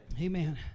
amen